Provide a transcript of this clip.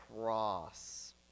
cross